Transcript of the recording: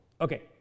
Okay